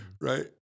right